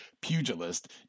pugilist